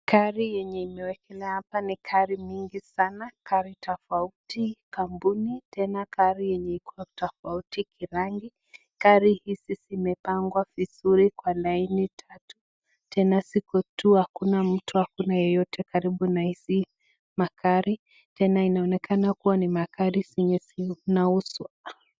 Gari yenye imewekelewa hapa ni gari mingi sana, gari tofauti kampuni, tena gari yenye iko tofauti kirangi. Gari hizi zimepangwa vizuri kwa laini tatu. Tena ziko tu hakuna mtu hakuna yeyote karibu na hizi magari. Tena inaonekana kuwa ni magari zenye zinauzwa.